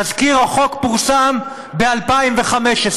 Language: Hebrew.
תזכיר החוק פורסם ב-2015.